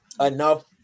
enough